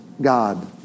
God